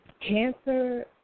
cancer